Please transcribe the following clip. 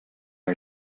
are